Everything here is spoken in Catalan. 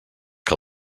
que